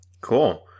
Cool